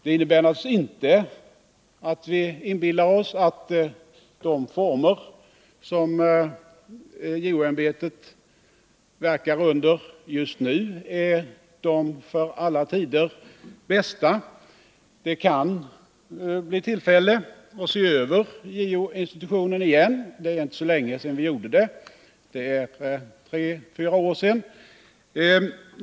Det innebär naturligtvis inte att vi inbillar oss att de former som JO-ämbetet verkar under just nu är de för alla tider bästa. Det kan bli tillfälle att se över JO-institutionen igen, även om det inte är så länge sedan vi gjorde det, för tre fyra år sedan.